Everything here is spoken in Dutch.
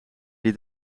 die